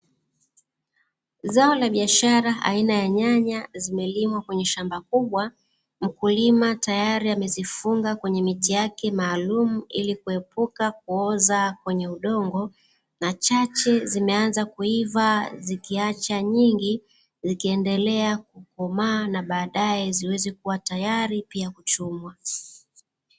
Zao la biashara aina ya nyanya zimelimwa kwenye shamba kubwa mkulima tayari amezifunga kwenye miti yake maalumu, ili kuepuka kuoza kwenye udongo na chache zimeanza kuiva na zikiacha nyingi, zikiendelea kukomaa na baadae ziweze kuwa tayari pia kuchumwa.